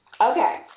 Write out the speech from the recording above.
Okay